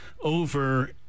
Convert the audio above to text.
over